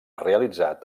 realitzat